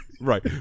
Right